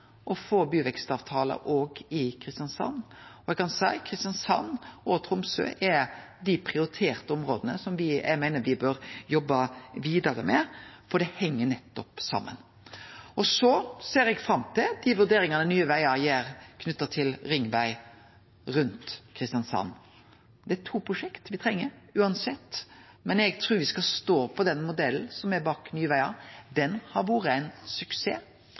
å få byvekstavtaler òg i Kristiansand. Eg kan seie at Kristiansand og Tromsø er dei prioriterte områda eg meiner me bør jobbe vidare med, for det heng nettopp saman. Eg ser fram til dei vurderingane Nye Vegar gjer knytte til ringveg rundt Kristiansand. Det er uansett to prosjekt me treng, men eg trur me skal stå på modellen bak Nye Vegar – han har vore ein suksess.